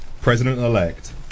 President-elect